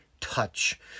touch